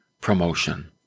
promotion